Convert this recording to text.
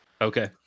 Okay